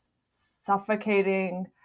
suffocating